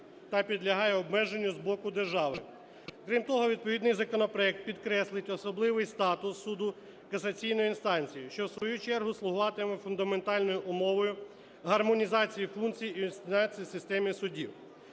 та підлягає обмеженню з боку держави. Крім того, відповідний законопроект підкреслить особливий статус суду касаційної інстанції, що, в свою чергу, слугуватиме фундаментальною умовою гармонізації функцій інстанцій в системі судів.